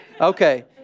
Okay